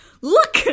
look